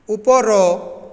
ଉପର